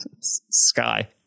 Sky